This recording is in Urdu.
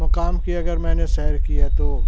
مقام کی اگر میں نے سیر کی ہے تو